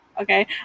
Okay